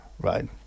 right